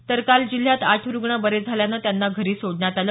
तर काल जिल्ह्यात आठ रुग्ण बरे झाल्यानं त्यांना घरी सोडण्यात आलं